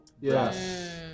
Yes